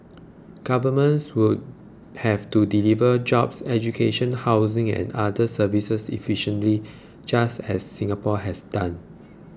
governments would have to deliver jobs education housing and other services efficiently just as Singapore has done